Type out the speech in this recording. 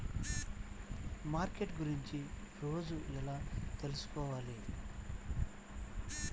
Market గురించి రోజు ఎలా తెలుసుకోవాలి?